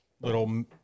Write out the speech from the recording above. little